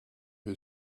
who